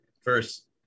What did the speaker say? first